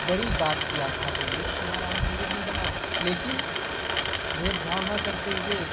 बड़ी बात थी आस्था के लिए तो वहाँ राम मंदिर भी बना लेकिन भेदभाव न करते हुए